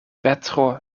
petro